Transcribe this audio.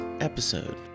episode